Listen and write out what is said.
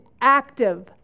active